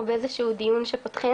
או באיזה שהוא דיון שפותחים,